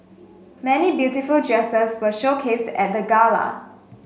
many beautiful dresses were showcased at the gala